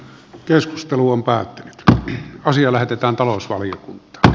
keskustelu on päättynyt ja asia lähetetään talousvaliokuntaan